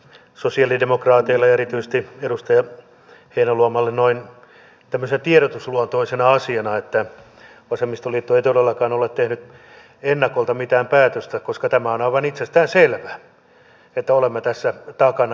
sosialidemokraateille ja erityisesti edustaja heinäluomalle tämmöisenä tiedotusluontoisena asiana että vasemmistoliitto ei todellakaan ole tehnyt ennakolta mitään päätöstä koska tämä on aivan itsestäänselvää että olemme tässä takana